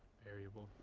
variable.